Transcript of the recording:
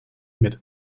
mit